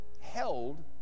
held